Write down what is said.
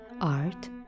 art